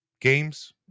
games